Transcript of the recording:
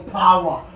power